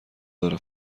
داره